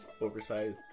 oversized